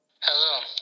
Hello